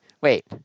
Wait